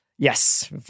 Yes